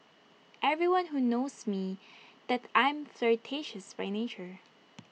everyone who knows me that I am flirtatious by nature